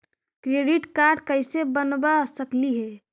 Credit card कैसे बनबा सकली हे?